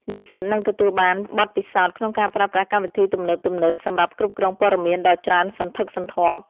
និស្សិតនឹងទទួលបានបទពិសោធន៍ក្នុងការប្រើប្រាស់កម្មវិធីទំនើបៗសម្រាប់គ្រប់គ្រងព័ត៌មានដ៏ច្រើនសន្ធឹកសន្ធាប់។